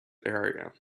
area